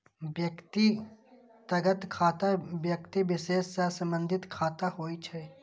व्यक्तिगत खाता व्यक्ति विशेष सं संबंधित खाता होइ छै